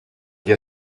gli